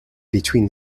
between